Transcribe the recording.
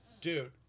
Dude